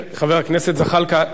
חבר הכנסת זחאלקה,